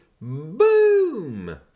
Boom